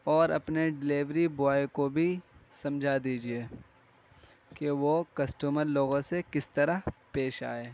اور اپنے delivery boy کو بھی سمجھا دیجیے کہ وہ کسٹمر لوگوں سے کس طرح پیش آئے